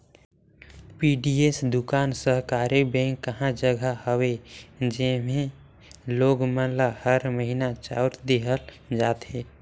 PDS दुकान सहकारी bank कहा जघा हवे जेम्हे लोग मन ल हर महिना चाँउर देहल जाथे